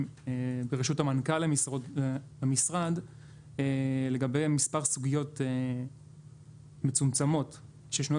בראשות מנכ"ל המשרד לגבי מספר סוגיות מצומצמות ששנויות